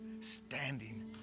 standing